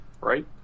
right